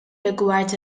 rigward